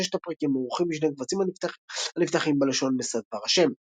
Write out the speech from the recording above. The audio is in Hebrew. וששת הפרקים ערוכים בשני קבצים הנפתחים בלשון "משא דבר-ה'".